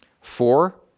Four